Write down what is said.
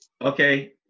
Okay